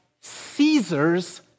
Caesar's